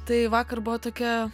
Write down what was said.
tai vakar buvo tokia